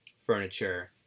furniture